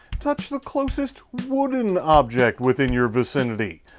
touch the closest wooden object within your vicinity.